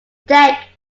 deck